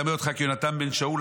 אדַמֶה אותך ליונתן בן שאול,